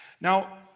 Now